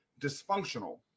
dysfunctional